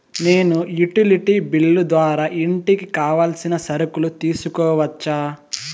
నేను utility bill ద్వారా ఇంటికి కావాల్సిన సరుకులు తీసుకోవచ్చా?